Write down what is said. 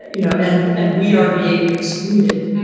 you know, and and we are being excluded.